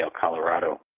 Colorado